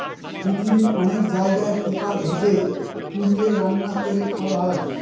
পৃথিবীর অনেক জায়গায় পোকা ভেজে, পুড়িয়ে, রান্না করে খাওয়া হয়